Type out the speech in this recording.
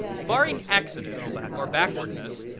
barring accidents or backwardness,